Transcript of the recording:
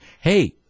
hey